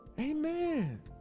Amen